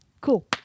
cool